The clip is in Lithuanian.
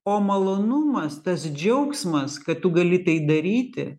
o malonumas tas džiaugsmas kad tu gali tai daryti